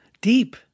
Deep